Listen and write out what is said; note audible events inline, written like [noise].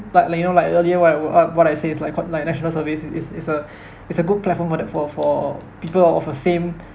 like like you know like earlier why we're up what I say it's like quite like national service is is a [breath] is a good platform for the for for people of a same [breath]